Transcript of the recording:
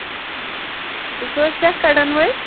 تُہۍ چھِو حظ سیٚکھ کَڑَن وٲلۍ